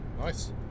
Nice